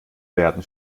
werden